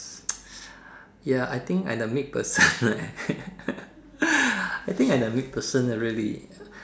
ya I think I'm a meat person leh I think I'm a meat person leh really